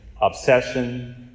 obsession